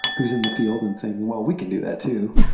who's in the field and saying, well, we can do that too.